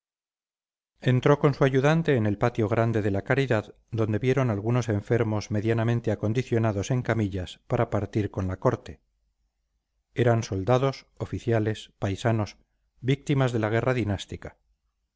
entró con su ayudante en el patio grande de la caridad donde vieron algunos enfermos medianamente acondicionados en camillas para partir con la corte eran soldados oficiales paisanos víctimas de la guerra dinástica